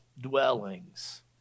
dwellings